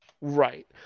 Right